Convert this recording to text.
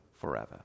forever